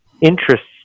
interests